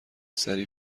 سریع